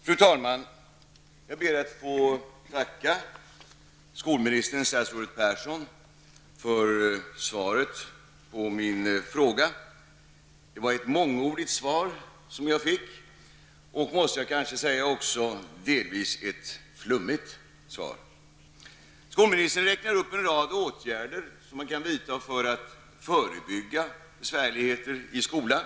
Fru talman! Jag ber att få tacka skolministern, statsrådet Persson, för svaret på min fråga. Det var ett mångordigt och -- det måste jag kanske också säga -- delvis flummigt svar jag fick. Skolministern räknar upp en rad åtgärder som man kan vidta för att förebygga besvärligheter i skolan.